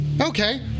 okay